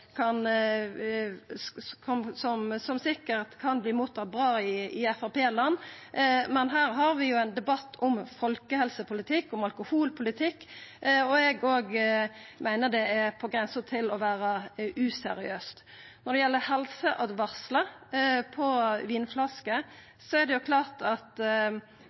bra i FrP-land, men her har vi ein debatt om folkehelsepolitikk og alkoholpolitikk, og eg meiner det er på grensa til å vera useriøst. Når det gjeld helseåtvaring på vinflasker, er spørsmålet klart: Kvifor skal alkohol vera unntatt det som gjeld for andre næringsmiddel med stoff som er fosterskadelege? Det